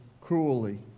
cruelly